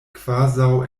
kvazaŭ